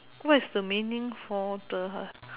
what is the meaning for the